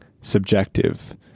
subjective